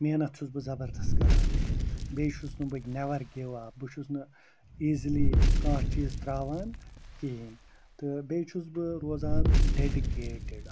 محنت چھُس بہٕ زبردس کَران بیٚیہِ چھُس نہٕ بہٕ نٮ۪ور گِو اپ بہٕ چھُس نہٕ ایٖزلی کانٛہہ چیٖز تَراون کِہیٖنۍ تہٕ بیٚیہِ چھُس بہٕ روزان ڈٮ۪ڈکیٚٹڈ